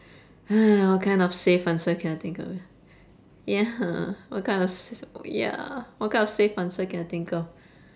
what kind of safe answer can I think of ya what kind of s~ ya what kind of safe answer can I think of